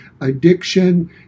addiction